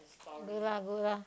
good lah good lah